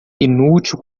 inútil